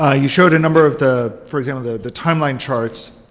ah you showed a number of the, for example, the timeline charts.